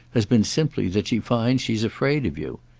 has been simply that she finds she's afraid of you.